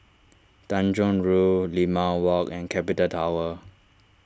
Tanjong Rhu Limau Walk and Capital Tower